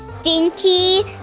stinky